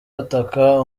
bataka